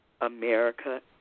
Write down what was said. America